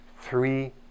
three